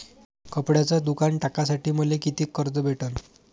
कपड्याचं दुकान टाकासाठी मले कितीक कर्ज भेटन?